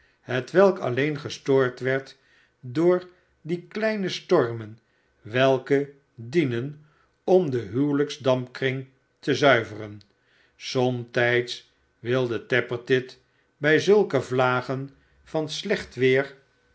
hetwelk alleen gestoord werd door die kleine stormen welke dienen om den huwelijksdampkring te zuiveren somtijds wilde tappertit bij zulke vlagen van slecht wer